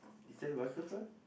is that butterfly